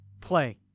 play